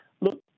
look